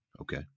Okay